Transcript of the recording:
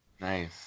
Nice